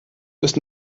bis